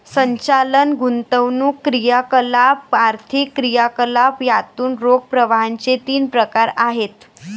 संचालन, गुंतवणूक क्रियाकलाप, आर्थिक क्रियाकलाप यातून रोख प्रवाहाचे तीन प्रकार आहेत